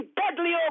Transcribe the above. deadly